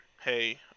hey